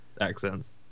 accents